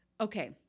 okay